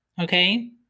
okay